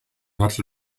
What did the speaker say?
hatte